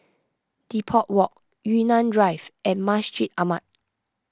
Depot Walk Yunnan Drive and Masjid Ahmad